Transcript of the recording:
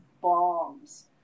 bombs